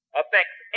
affects